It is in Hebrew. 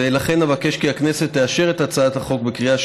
ולכן אבקש כי הכנסת תאשר את הצעת החוק בקריאה